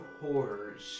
horrors